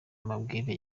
amabwire